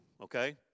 okay